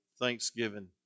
thanksgiving